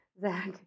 Zach